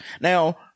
now